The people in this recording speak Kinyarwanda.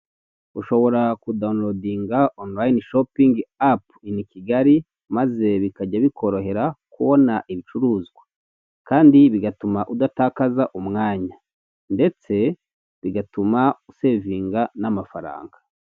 Ushobora kudawunilodinga onulayini shopingi apu ini Kigali maze bikajya bikorohera kubona ibicuruzwa kandi bigatuma udatakaza umwanya ndetse bigatuma usevinga n'amafaranga.